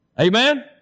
Amen